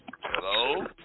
Hello